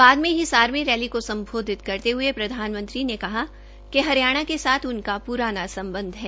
बाद में हिसार में रैली को सम्बोधित करते हये प्रधानमंत्री ने कहा कि हरियाणा के साथ उनका सम्बध है